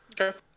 Okay